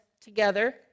together